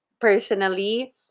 personally